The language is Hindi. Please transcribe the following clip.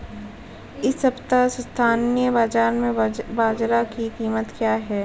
इस सप्ताह स्थानीय बाज़ार में बाजरा की कीमत क्या है?